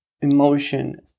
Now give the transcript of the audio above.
emotion